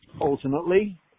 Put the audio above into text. ultimately